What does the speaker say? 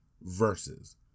versus